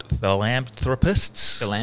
philanthropists